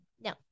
No